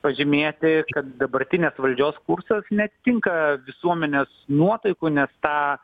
pažymėti kad dabartinės valdžios kursas neatitinka visuomenės nuotaikų nes tą